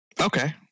Okay